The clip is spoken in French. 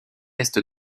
est